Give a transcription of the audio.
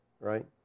right